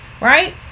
right